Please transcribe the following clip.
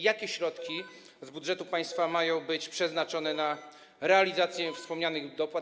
Jakie środki z budżetu państwa mają być przeznaczone na realizację wspomnianych dopłat?